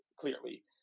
clearly